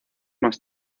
más